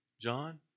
John